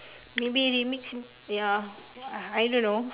maybe remix ya I don't know